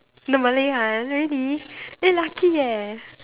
the Malay one really damn lucky eh